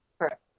Correct